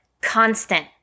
constant